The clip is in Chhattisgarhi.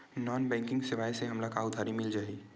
नॉन बैंकिंग सेवाएं से हमला उधारी मिल जाहि?